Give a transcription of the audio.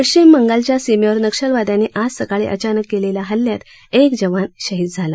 पश्चिम बंगालच्या सीमेवर नक्षलवाद्यांनी आज सकाळी अचानक केलेल्या हल्ल्यात एक जवान शहीद झाला